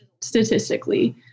statistically